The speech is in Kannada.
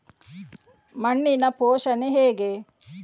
ಮಣ್ಣಿನ ಪೋಷಣೆ ಹೇಗೆ?